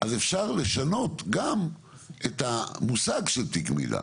אז אפשר לשנות גם את המושג של תיק מידע,